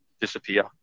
disappear